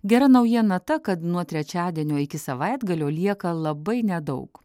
gera naujiena ta kad nuo trečiadienio iki savaitgalio lieka labai nedaug